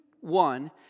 one